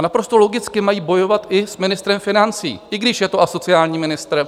Naprosto logicky mají bojovat i s ministrem financí, i když je to asociální ministr.